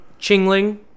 Chingling